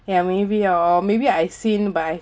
ya maybe ya or maybe I seen but I